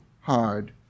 hard